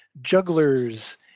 jugglers